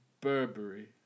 Burberry